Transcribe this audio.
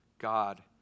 God